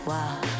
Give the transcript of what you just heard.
Wow